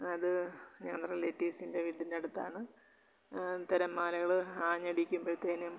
അത് ഞങ്ങളുടെ റിലേറ്റീവ്സിൻ്റെ വീട്ടിൻ്റെ അടുത്താണ് തിരമാലകൾ ആഞ്ഞടിക്കുമ്പോഴേക്കും